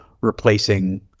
replacing